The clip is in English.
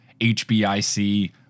HBIC